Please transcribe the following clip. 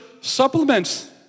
supplements